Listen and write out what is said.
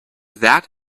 that